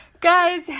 guys